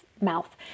mouth